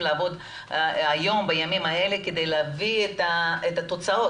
לעבוד בימים האלה כדי להביא את התוצאות.